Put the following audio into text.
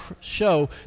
show